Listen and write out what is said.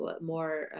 more